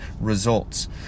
results